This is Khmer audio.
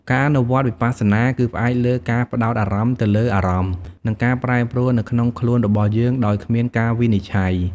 ការអនុវត្តន៍វិបស្សនាគឺផ្អែកលើការផ្តោតអារម្មណ៍ទៅលើអារម្មណ៍និងការប្រែប្រួលនៅក្នុងខ្លួនរបស់យើងដោយគ្មានការវិនិច្ឆ័យ។